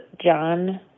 John